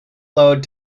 load